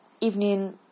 evening